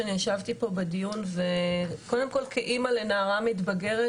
שאני ישבתי פה בדיון וקודם כל כאמא לנערה מתבגרת,